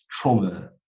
trauma